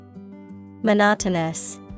Monotonous